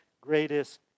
greatest